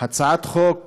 הצעת חוק